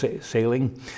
sailing